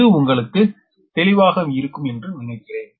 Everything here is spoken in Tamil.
இது உங்களுக்கு தெளிவாக இருக்கும் என்று நினைக்கிறன்